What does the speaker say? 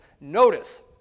Notice